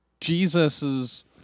Jesus